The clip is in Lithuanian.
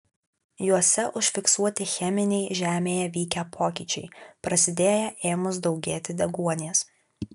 juose užfiksuoti cheminiai žemėje vykę pokyčiai prasidėję ėmus daugėti deguonies